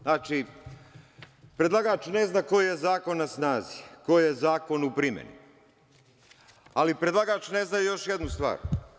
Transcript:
Znači, predlagač ne zna koji je zakon na snazi, koji je zakon u primeni, ali predlagač ne zna još jednu stvar.